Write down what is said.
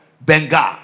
Bengal